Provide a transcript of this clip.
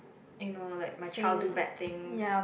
you know like my child do bad things